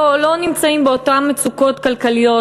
לא נמצאים באותן מצוקות כלכליות,